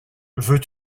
veux